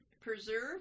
preserve